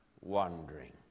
wandering